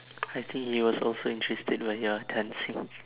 I think he was also interested while you are dancing